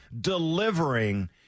delivering